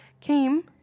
came